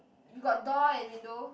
got door and window